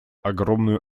огромную